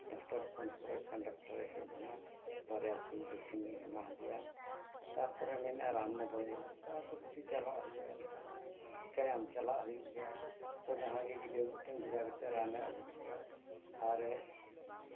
doctor phone ᱯᱚᱨᱮ ᱠᱷᱟᱱ ᱰᱟᱠᱛᱚᱨᱮ ᱦᱮᱡ ᱮᱱᱟ ᱵᱟᱨᱭᱟ ᱥᱩᱭ ᱵᱷᱮᱠᱥᱤᱱᱮ ᱮᱢᱟᱫᱮᱭᱟ ᱛᱟᱨᱯᱚᱨᱮ ᱢᱮᱱᱮᱫᱼᱟᱭ ᱨᱟᱱ ᱢᱟ ᱵᱟᱹᱧ ᱟᱹᱜᱩ ᱟᱠᱟᱫᱼᱟ ᱛᱚ ᱠᱤᱪᱷᱩ ᱪᱟᱞᱟᱜ ᱦᱩᱭᱩᱜᱼᱟ ᱮᱱᱠᱷᱟᱱ ᱪᱤᱠᱟᱹᱭᱟᱢ ᱪᱟᱞᱟᱜ ᱦᱩᱭᱩᱜ ᱜᱮᱭᱟ ᱛᱚ ᱡᱟᱦᱟᱸᱭ ᱜᱮ ᱜᱤᱫᱽᱨᱟᱹ ᱢᱤᱫᱴᱟᱝ ᱵᱷᱮᱡᱟ ᱠᱟᱛᱮᱫ ᱨᱟᱱᱮ ᱟᱹᱜᱩ ᱠᱮᱭᱟ ᱟᱨᱮ